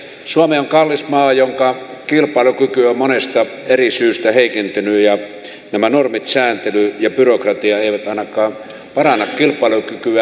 suomi on kallis maa jonka kilpailukyky on monesta eri syystä heikentynyt ja nämä normit sääntely ja byrokratia eivät ainakaan paranna kilpailukykyä